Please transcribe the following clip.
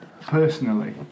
personally